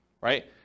right